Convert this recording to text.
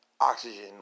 oxygen